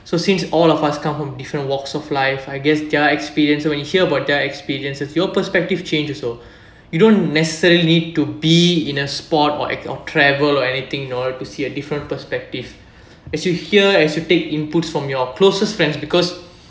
so since all of us come from different walks of life I guess they're experienced so when you hear about their experiences your perspective change also you don't necessarily need to be in a spot or or travel or anything in order to see a different perspective as you hear as you take input from your closest friends because